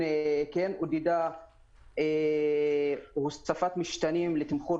כדי לקדם את הוספת המשתנה הזה.